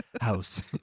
House